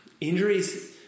injuries